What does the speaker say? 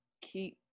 keep